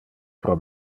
pro